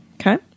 Okay